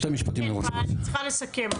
בקצרה,